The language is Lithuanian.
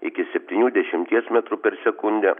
iki septynių dešimties metrų per sekundę